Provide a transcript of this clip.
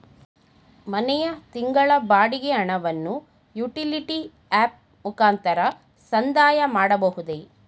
ಮನೆಯ ತಿಂಗಳ ಬಾಡಿಗೆ ಹಣವನ್ನು ಯುಟಿಲಿಟಿ ಆಪ್ ಮುಖಾಂತರ ಸಂದಾಯ ಮಾಡಬಹುದೇ?